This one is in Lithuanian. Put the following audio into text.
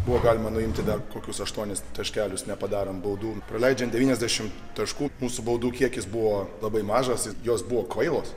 buvo galima nuimti dar kokius aštuonis taškelius nepadarant baudų praleidžiant devyniasdešim taškų mūsų baudų kiekis buvo labai mažas jos buvo kvailos